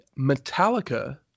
Metallica